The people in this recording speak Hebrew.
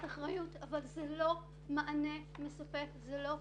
אחריות אבל זה לא מענה מספק וזה לא פתרון.